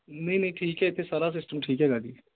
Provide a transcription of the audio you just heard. ਨਹੀਂ ਨਹੀਂ ਠੀਕ ਹੈ ਇੱਥੇ ਸਾਰਾ ਸਿਸਟਮ ਠੀਕ ਹੈਗਾ ਜੀ